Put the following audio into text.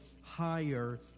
higher